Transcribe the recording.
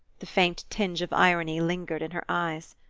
the faint tinge of irony lingered in her eyes.